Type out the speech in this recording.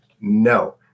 No